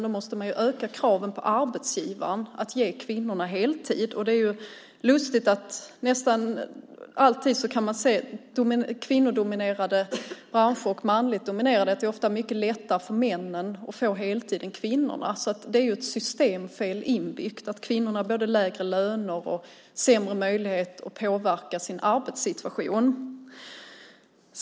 Då måste man öka kraven på arbetsgivaren att ge kvinnorna heltid. Det är lustigt att man nästan alltid kan se skillnad på kvinnodominerade och mansdominerade branscher. Det är ofta mycket lättare för männen att få heltid än för kvinnorna. Det är ett systemfel inbyggt. Kvinnorna har både lägre löner och sämre möjlighet att påverka sin arbetssituation.